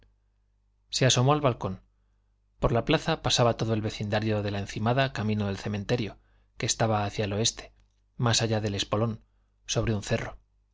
se asomó al balcón por la plaza pasaba todo el vecindario de la encimada camino del cementerio que estaba hacia el oeste más allá del espolón sobre un cerro